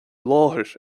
láthair